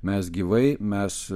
mes gyvai mes